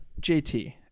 JT